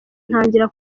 ntangira